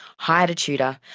hired a tutor,